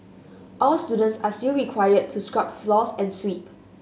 all students are still required to scrub floors and sweep